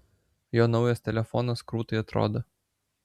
jo naujas telefonas krūtai atrodo